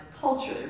culture